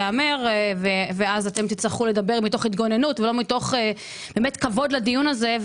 להיאמר ואז תצטרכו לדבר מתוך התגוננות ולא מתוך כבוד לדיון הזה.